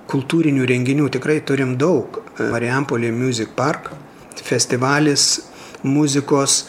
kultūrinių renginių tikrai turim daug marijampolėj miuzik park festivalis muzikos